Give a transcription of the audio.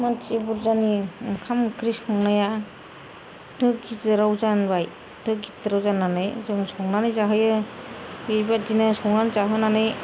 मानसि बुरजानि ओंखाम ओंख्रि संनाया दो गिदिराव जानबाय दो गिदिराव जानानै जों संनानै जाहोयो बेबायदिनो संनानै जाहोनानै